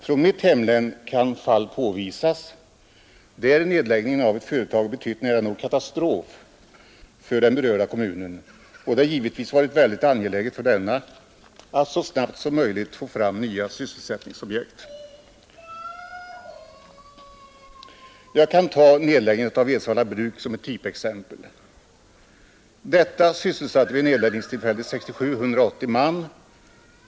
Från mitt hemlän kan fall påvisas, där nedläggningen av ett företag betytt nära nog katastrof för den berörda kommunen och där det givetvis varit angeläget för denna att så snabbt som möjligt få fram nya sysselsättningsobjekt. Jag kan ta nedläggandet av Fdsvalla bruk som typexempel. Detta sysselsatte 180 man vid nedläggningstillfället 1967.